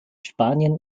spanien